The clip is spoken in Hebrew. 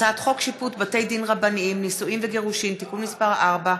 הצעת חוק שיפוט בתי דין רבניים (נישואין וגירושין) (תיקון מס' 4)